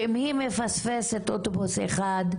שאם היא מפספסת אוטובוס אחד,